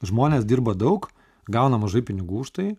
žmonės dirba daug gauna mažai pinigų už tai